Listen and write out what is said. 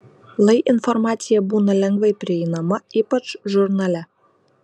lai informacija būna lengvai prieinama ypač žurnale